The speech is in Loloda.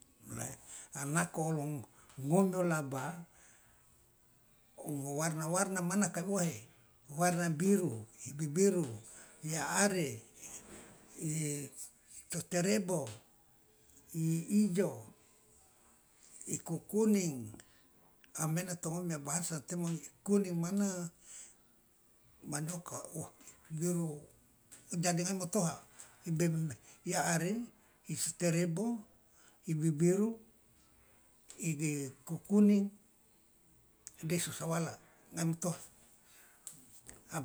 Nako ngomi o laba o warna warna mana ka wohe warna biru i bibiru ya aare i totorebo iijo ikukuning maena to ngomi mia bahasa temo ikuning mana mane oka o biru jadi ngai motoha iaare iseterebo ibibiru ikukuning de sasawala ngai motoha.